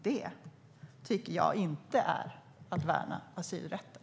Det tycker jag inte är att värna asylrätten.